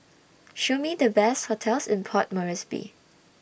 Show Me The Best hotels in Port Moresby